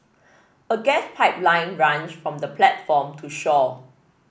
a gas pipeline runs from the platform to shore